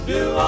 New